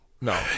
no